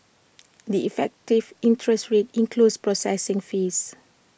the effective interest rate includes processing fees